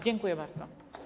Dziękuję bardzo.